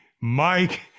Mike